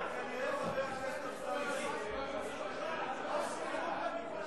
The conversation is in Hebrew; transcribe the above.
מה הסבירות לביקור אצל הרופא?